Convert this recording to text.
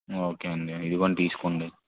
okay అండి ఇదుగో అండి తీసుకోండి